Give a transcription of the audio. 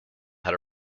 had